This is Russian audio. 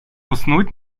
уснуть